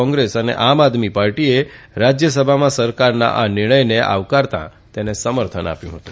કોંગ્રેસ અને આમ આદમી પાર્ટીએ રાજ્યસભામાં સરકારના આ નિર્ણયને આવકારતા સમર્થન આપ્યું હતુ